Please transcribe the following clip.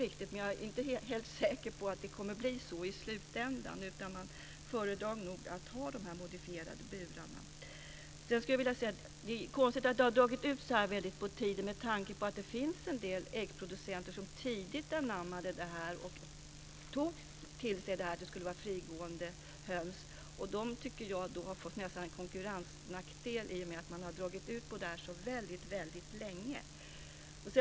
Jag är dock inte helt säker på att det i slutändan blir så, utan man föredrar nog att ha de modifierade burarna. Det är konstigt att det har dragit så långt ut på tiden, med tanke på att det finns en del äggproducenter som tidigt anammade det här och tog till sig detta med att skulle vara frigående höns. Jag tycker att de nästan fått en konkurrensnackdel i och med att man dragit ut på det här så väldigt länge.